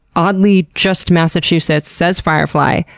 oddly, just massachusetts says firefly,